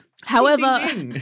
However-